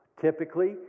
Typically